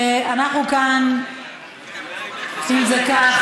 אם כך,